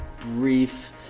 brief